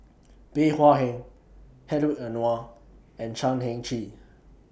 Bey Hua Heng Hedwig Anuar and Chan Heng Chee